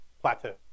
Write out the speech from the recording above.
plateau